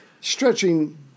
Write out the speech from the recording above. Stretching